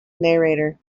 narrator